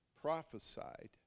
prophesied